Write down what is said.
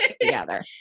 together